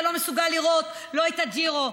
אתה לא מסוגל לראות לא את הג'ירו,